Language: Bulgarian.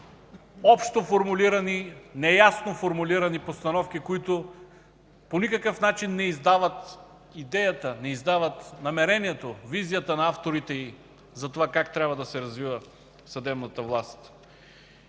общо формулирани, неясно формулирани постановки, които по никакъв начин не издават идеята, намерението, визията на авторите за това как трябва да се развива съдебната власт.